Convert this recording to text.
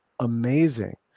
amazing